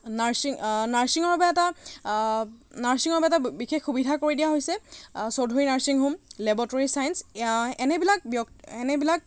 nursing নাৰ্ছিঙৰ বাবে এটা নাৰ্ছিঙৰ বাবে এটা বিশেষ সুবিধা কৰি দিয়া হৈছে Chowdhury nursing home laboratory science এয়া এনেবিলাক ব্যক এনেবিলাক